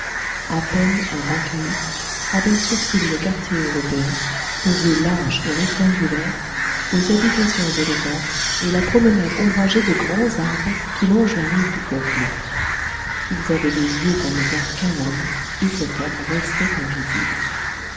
a peine à rankéou aperçurent ils le quartier européen aux rues larges et rectangulaires aux habitations élégantes et la promenade ombragée de grands arbres qui longe la rive du fleuve bleu ils avaient des yeux pour ne voir qu'un homme et cet homme restait invisible